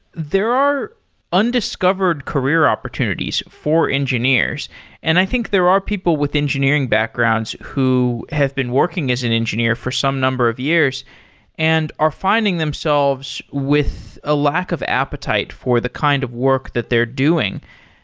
there are undiscovered career opportunities for engineers and i think there are people with engineering backgrounds who have been working as an engineer for some number of years and are finding themselves with a lack of appetite for the kind of work that they're doing.